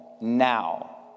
now